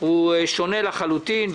שונה לחלוטין.